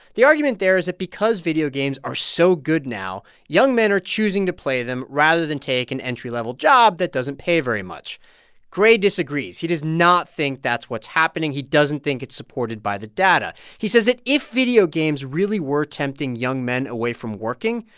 the argument there is that because video games are so good now, young men are choosing to play them rather than take an entry-level job that doesn't pay very much gray disagrees. he does not think that's what's happening. he doesn't think it's supported by the data. he says that if video games really were tempting young men away from working,